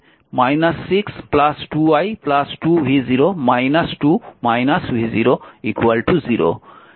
6 2 i 2 v0 2 v0 0